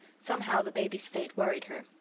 somehow the baby's fate worried her.